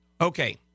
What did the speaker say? Okay